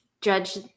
judge